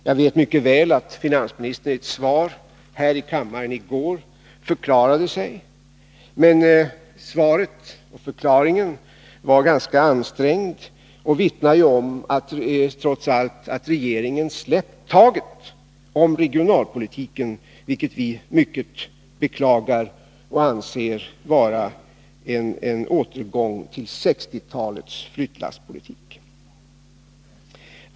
Jag vet mycket väl att finansministern i ett svar här i kammaren i går förklarade sig. Men förklaringen var ganska ansträngd och vittnade om att regeringen trots allt släppt taget om regionalpolitiken, vilket vi mycket beklagar och anser vara en återgång till 1960-talets flyttlasspolitik.